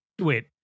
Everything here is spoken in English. Wait